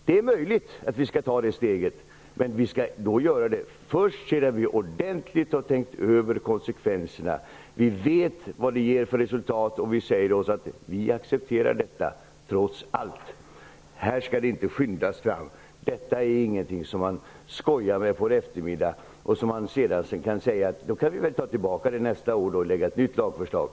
Det är möjligt att vi skall ta detta steg, men först sedan vi ordentligt har tänkt över konsekvenserna, när vi vet vad resultatet blir och när vi kan säga oss acceptera detta trots allt. Här skall det inte skyndas fram. Denna fråga är ingenting som man skojar med på en eftermiddag för att sedan säga: Vi kan ändra oss nästa år och lägga fram ett nytt lagförslag.